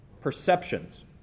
Perceptions